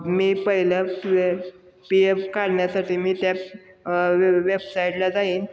मी पहिल्या P P F काढण्यासाठी मी त्या वेबसाईटला जाईन